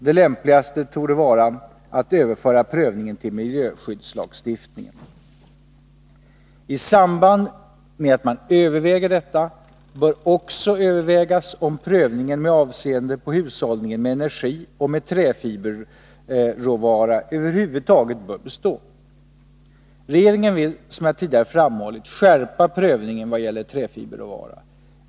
Det lämpligaste torde dock vara att överföra prövningen till miljöskyddslagstiftningen. I samband med att man överväger detta bör också övervägas om prövningen med avseende på hushållningen med energi och med träfiberråvara över huvud taget bör bestå. Regeringen vill, som jag tidigare framhållit, skärpa prövningen vad gäller träfiberråvara.